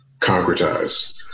concretize